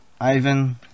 Ivan